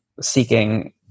seeking